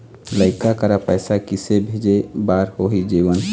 लइका करा पैसा किसे भेजे बार होही जीवन